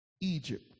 Egypt